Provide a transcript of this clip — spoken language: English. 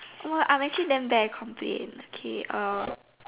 I'm actually damn bad at complaint okay